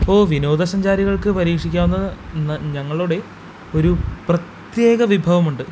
ഓ വിനോദസഞ്ചാരികള്ക്ക് പരീക്ഷിക്കാവുന്ന ഞങ്ങളുടെ ഒരു പ്രത്യേക വിഭവമുണ്ട്